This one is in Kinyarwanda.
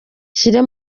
nshyire